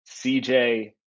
cj